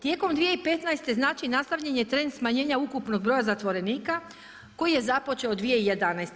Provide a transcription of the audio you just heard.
Tijekom 2015. znači nastavljen je trend smanjenja ukupnog broja zatvorenika koji je započeo 2011.